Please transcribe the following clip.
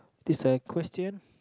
this a question